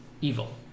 evil